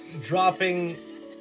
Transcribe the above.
dropping